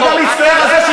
לא, אני לא יודע את זה.